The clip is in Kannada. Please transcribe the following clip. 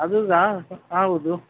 ಅದ್ರದಾ ಹೌದು